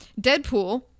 Deadpool